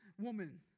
woman